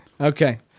Okay